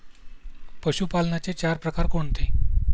पशुपालनाचे चार प्रकार कोणते?